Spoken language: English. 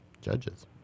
judges